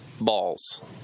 balls